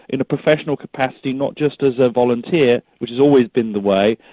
in a professional capacity, not just as a volunteer, which has always been the way,